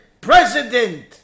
president